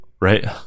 right